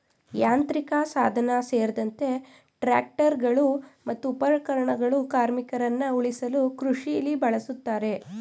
ಯಾಂತ್ರಿಕಸಾಧನ ಸೇರ್ದಂತೆ ಟ್ರಾಕ್ಟರ್ಗಳು ಮತ್ತು ಉಪಕರಣಗಳು ಕಾರ್ಮಿಕರನ್ನ ಉಳಿಸಲು ಕೃಷಿಲಿ ಬಳುಸ್ತಾರೆ